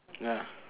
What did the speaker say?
ya